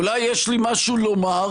אולי יש לי משהו לומר?